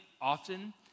often